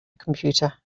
computer